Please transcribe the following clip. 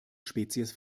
spezies